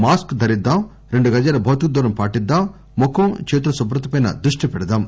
mask ధరిద్దాం రెండు గజాల భౌతిక దూరం పాటిద్దాం ముఖం చేతుల శుభ్రతపై దృష్టి పెడదాం